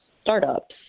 startups